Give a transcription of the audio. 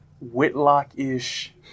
Whitlock-ish